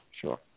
sure